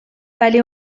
ولی